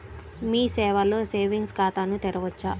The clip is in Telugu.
మీ సేవలో సేవింగ్స్ ఖాతాను తెరవవచ్చా?